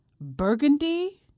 burgundy